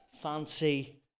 fancy